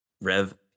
Rev